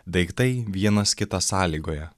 daiktai vienas kitą sąlygoja